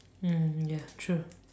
mm ya true